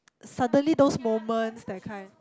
suddenly those moments that kind